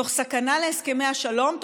תוך סכנה להסכמי השלום,